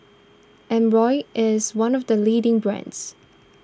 Omron is one of the leading brands